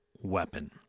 weapon